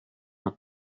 wird